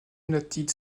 united